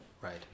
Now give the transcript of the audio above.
Right